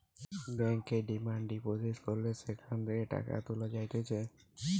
ব্যাংকে demand deposit করলে সেখান থেকে টাকা তুলা যাইতেছে